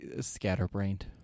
scatterbrained